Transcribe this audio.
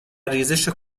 ریزش